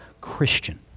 Christian